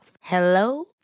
Hello